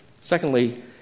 Secondly